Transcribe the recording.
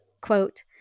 quote